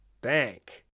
Bank